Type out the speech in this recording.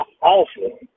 Awful